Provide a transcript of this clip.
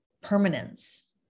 permanence